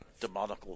demonical